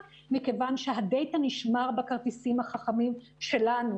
מכיוון שהדאטה נשמר בכרטיסים החכמים שלנו.